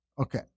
Okay